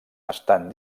estan